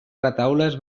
retaules